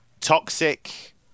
Toxic